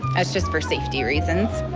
just for safety reasons.